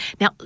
Now